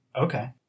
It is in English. Okay